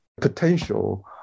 potential